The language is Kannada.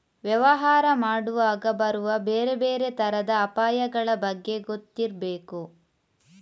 ವ್ಯವಹಾರ ಮಾಡುವಾಗ ಬರುವ ಬೇರೆ ಬೇರೆ ತರದ ಅಪಾಯಗಳ ಬಗ್ಗೆ ಗೊತ್ತಿರ್ಬೇಕು